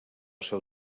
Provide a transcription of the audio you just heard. seu